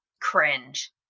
cringe